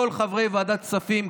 כל חברי ועדת כספים,